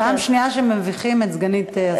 פעם שנייה שמביכים את סגנית השר.